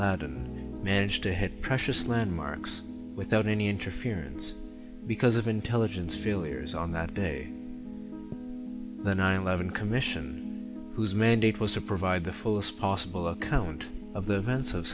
laden managed to hit precious landmarks without any interference because of intelligence failures on that day the nine eleven commission whose mandate was a provide the fullest possible account of the events of